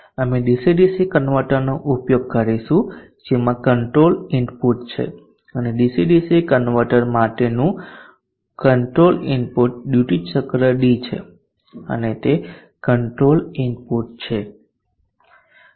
અમે DC DC કન્વર્ટરનો ઉપયોગ કરીશું જેમાં કંટ્રોલ ઇનપુટ છે અને ડીસી ડીસી કન્વર્ટર માટેનું કંટ્રોલ ઇનપુટ ડ્યુટી ચક્ર D છે અને તે કંટ્રોલ ઇનપુટ છે